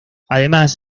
además